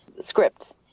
scripts